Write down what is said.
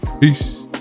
Peace